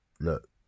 look